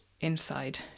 inside